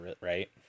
right